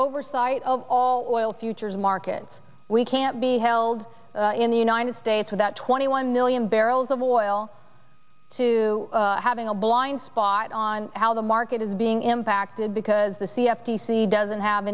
oversight of all oil futures markets we can't be held in the united states without twenty one million barrels of oil to having a blind spot on how the market is being impacted because the c f d c doesn't have